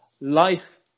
life